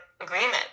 agreement